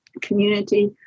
community